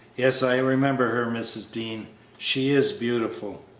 yes, i remember her, mrs. dean she is beautiful.